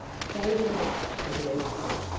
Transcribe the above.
so did i, agreed tom,